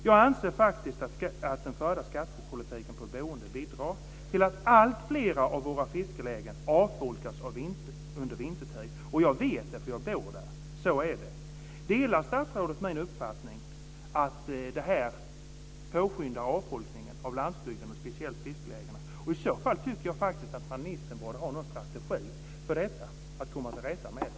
Jag anser faktiskt att den förda politiken för skatt på boende bidrar till att alltfler av våra fiskelägen avfolkas vintertid. Jag vet att det är så, eftersom jag bor där nere. Delar statsrådet min uppfattning att det här påskyndar avfolkningen av landsbygden och speciellt fiskelägena? I så fall tycker jag faktiskt att ministern borde ha en strategi för att komma till rätta med detta.